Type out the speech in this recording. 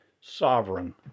sovereign